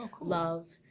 love